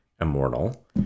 immortal